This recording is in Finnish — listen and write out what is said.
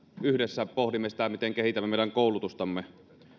yhdessä pohdimme sitä miten kehitämme meidän koulutustamme